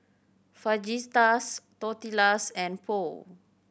Fajitas Tortillas and Pho